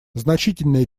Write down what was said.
значительное